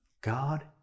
God